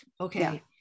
Okay